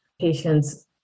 patients